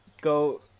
go